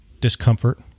discomfort